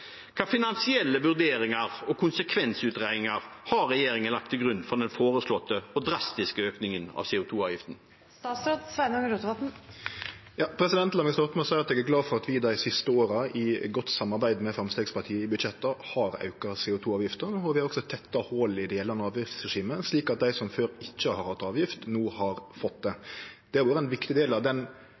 finansielle vurderinger og konsekvensutredninger har regjeringen lagt til grunn for den foreslåtte og drastiske økningen av CO 2 -avgiften? La meg starte med å seie at eg er glad for at vi dei siste åra, i godt samarbeid med Framstegspartiet i budsjetta, har auka CO 2 -avgifta. Vi har også tetta hol i delar av avgiftsregimet, slik at dei som før ikkje har hatt avgift, no har fått det. Det har vore ein viktig del av den